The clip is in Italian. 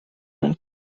nel